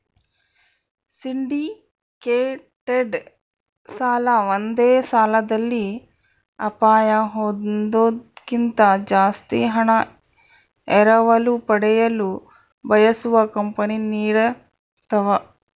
syndicated ಸಾಲ ಒಂದೇ ಸಾಲದಲ್ಲಿ ಅಪಾಯ ಹೊಂದೋದ್ಕಿಂತ ಜಾಸ್ತಿ ಹಣ ಎರವಲು ಪಡೆಯಲು ಬಯಸುವ ಕಂಪನಿ ನೀಡತವ